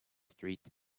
street